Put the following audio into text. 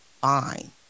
fine